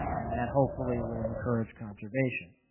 and that hopefully will encourage conservation.